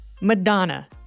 Madonna